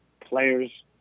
Players